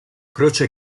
croce